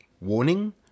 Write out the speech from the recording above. Warning